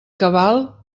cabal